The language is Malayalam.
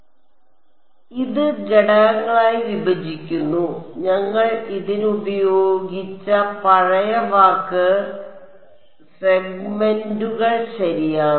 അതിനാൽ ഇത് ഘടകങ്ങളായി വിഭജിക്കുന്നു ഞങ്ങൾ ഇതിന് ഉപയോഗിച്ച പഴയ വാക്ക് സെഗ്മെന്റുകൾ ശരിയാണ്